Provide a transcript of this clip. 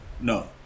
No